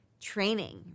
training